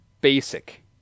basic